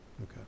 Okay